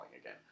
again